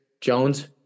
jones